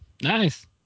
Nice